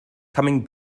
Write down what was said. coming